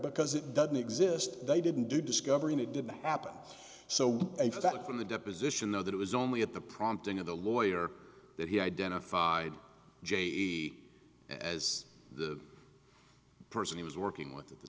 because it doesn't exist they didn't do discovery and it didn't happen so a fact from the deposition though that it was only at the prompting of the lawyer that he identified je as the person he was working with at the